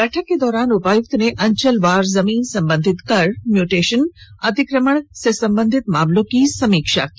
बैठक के दौरान उपायुक्त ने अंचलवार जमीन संबंधित कर म्यूटेशन अतिक्रमण आदि संबंधित मामलों की समीक्षा की